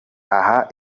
aha